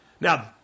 Now